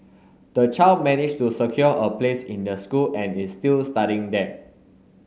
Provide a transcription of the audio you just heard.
the child managed to secure a place in the school and is still studying there